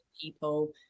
people